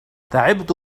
تعبت